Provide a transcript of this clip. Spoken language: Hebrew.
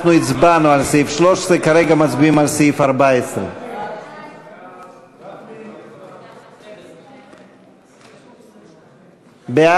אנחנו הצבענו על סעיף 13. כרגע מצביעים על סעיף 14. סעיף 14 נתקבל.